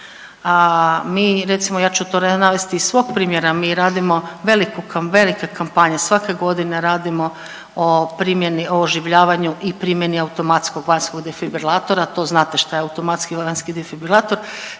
mi, recimo ja ću to navesti iz svog primjera, mi radimo veliku kam…, velike kampanje, svake godine radimo o primjeni, o oživljavanju i primjeni automatskog vanjskog defibrilatora, to znate šta je automatski vanjski defibrilator,